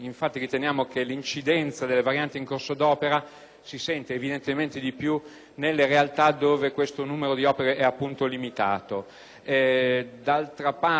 si sente evidentemente di più nelle realtà dove questo numero di opere è limitato. D'altra parte, i Comuni con scadente progettualità